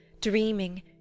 dreaming